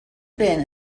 been